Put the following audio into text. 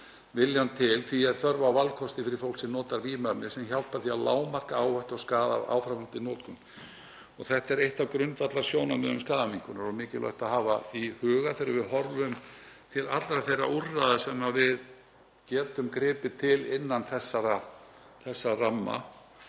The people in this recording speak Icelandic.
viljann til þess. Því er þörf á valkosti fyrir fólk sem notar vímuefni sem hjálpar því að lágmarka áhættu á skaða af áframhaldandi notkun. Þetta er eitt af grundvallarsjónarmiðum skaðaminnkunar og mikilvægt að hafa í huga þegar við horfum til allra þeirra úrræða sem við getum gripið til innan þessa ramma,